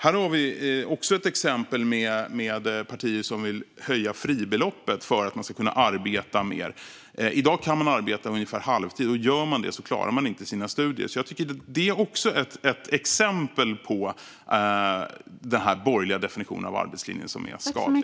Här har vi också ett exempel med partier som vill höja fribeloppet för att man ska kunna arbeta mer. I dag kan man arbeta ungefär halvtid, och gör man det klarar man inte sina studier. Det är ett exempel på den borgerliga definitionen av arbetslinjen, som är skadlig.